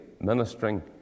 ministering